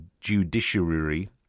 judiciary